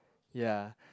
ya